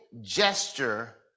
gesture